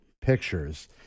...pictures